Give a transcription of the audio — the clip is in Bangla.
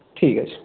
ঠিক আছে